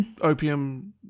opium